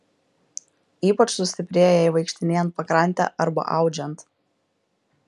ypač sustiprėja jai vaikštinėjant pakrante arba audžiant